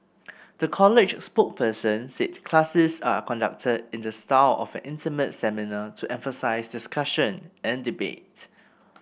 the college's spokesperson said classes are conducted in the style of an intimate seminar to emphasise discussion and debate